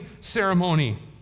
ceremony